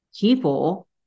people